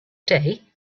day